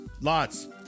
Lots